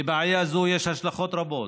לבעיה זו יש השלכות רבות,